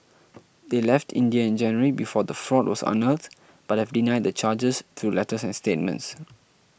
they left India in January before the fraud was unearthed but have denied the charges through letters and statements